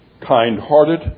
kind-hearted